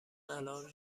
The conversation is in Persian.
الان